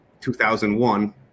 2001